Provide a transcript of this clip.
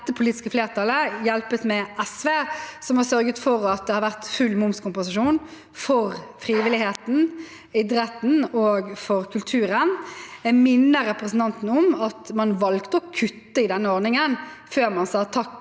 hjulpet av SV – som har sørget for at det har vært full momskompensasjon for frivilligheten, idretten og kulturen. Jeg minner om at man valgte å kutte i denne ordningen før man sa takk og